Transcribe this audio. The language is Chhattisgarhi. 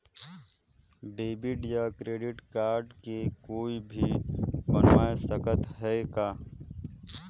डेबिट या क्रेडिट कारड के कोई भी बनवाय सकत है का?